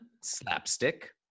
slapstick